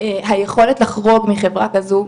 היכולת לחרוג מחברה כזו,